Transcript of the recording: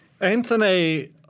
Anthony